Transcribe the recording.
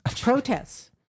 Protests